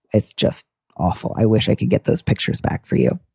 it's just awful. i wish i could get those pictures back for you.